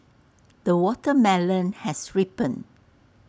the watermelon has ripened